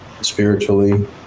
spiritually